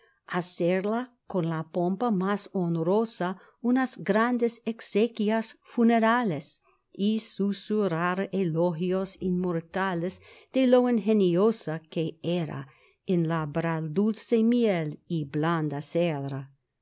hacerla con la pompa más honrosa unas grandes exequias funerales y susurrar elogios inmortales de lo ingeniosa que era en labrar dulce miel y blanca cera